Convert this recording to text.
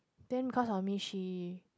then because of me she